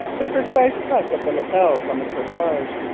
the precise cut of the lapels on the corsage,